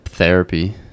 therapy